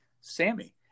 Sammy